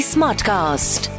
Smartcast